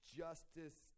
justice